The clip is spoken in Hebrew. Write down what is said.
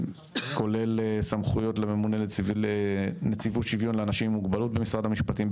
כולל סמכויות לנציבות שוויון לאנשים עם מוגבלות במשרד המשפטים,